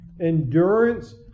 Endurance